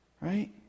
Right